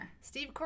Steve